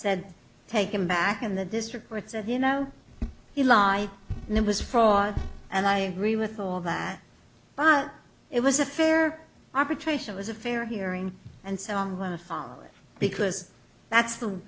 said take him back and the district court said you know you lie and it was fraud and i agree with all that but it was a fair arbitration was a fair hearing and so i'm going to follow it because that's the